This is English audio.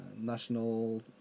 national